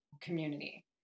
community